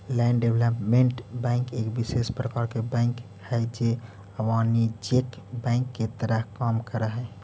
land development bank एक विशेष प्रकार के बैंक हइ जे अवाणिज्यिक बैंक के तरह काम करऽ हइ